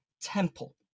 temple